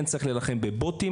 כן צריך להילחם בבוטים,